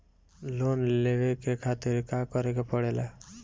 Loan लेवे के खातिर का करे के पड़ेला?